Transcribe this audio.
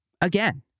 again